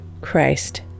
Christ